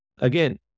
Again